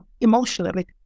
emotionally